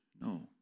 No